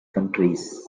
countries